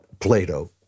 Plato